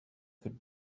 could